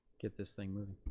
get this thing moving.